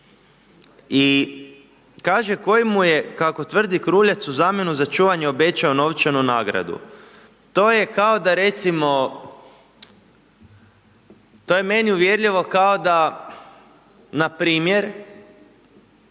i kaže, koji mu je, kako tvrdi Kruljac, u zamjenu za čuvanje obećao novčanu nagradu. To je kao da recimo, to je meni uvjerljivo kao da npr. ja